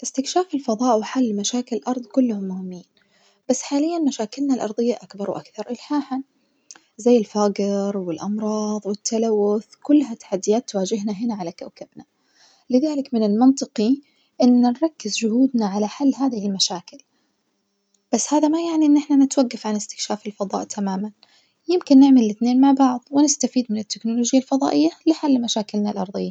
استكشاف الفضاء وحل مشاكل الأرض كلهم مهمين، بس حاليًا مشاكلنا الأرضية أكبر وأكثر إلحاحًا زي الفجر والأمراض والتلوث كلها تحديات بتواجهنا هنا على كوكبنا، لذلك من المنطقي إننا نركز جهودنا على حل هذه المشاكل، بس هذا ما يعني إن إحنا نتوجف عن استكشاف الفضاء تمامًا، يمكن نعمل الاتنين مع بعض ونستفيد من التكنولوجيا الفضائية لحل مشاكلنا الأرضية.